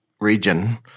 region